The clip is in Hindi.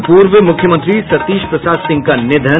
और पूर्व मुख्यमंत्री सतीश प्रसाद सिंह का निधन